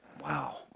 Wow